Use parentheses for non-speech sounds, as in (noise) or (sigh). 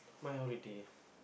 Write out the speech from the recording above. my holiday (breath)